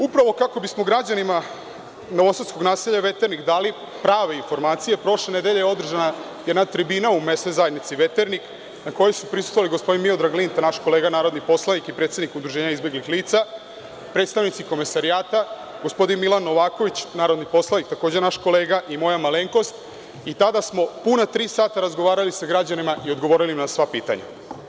Upravo kako bismo građanima novosadskog naselja Veternik dali prave informacije, prošle nedelje je održana jedna tribina u mesnoj zajednici Veternik, na kojoj su prisustvovali gospodin Miodrag Linta, naš kolega narodni poslanik i predsednik Udruženja izbeglih lica, predstavnici Komesarijata, gospodin Milan Novaković, narodni poslanik, takođe naš kolega i moja malenkost i tada smo puna tri sata razgovarali sa građanima i odgovorili na sva pitanja.